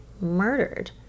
murdered